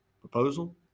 Proposal